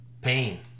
pain